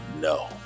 no